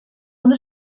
una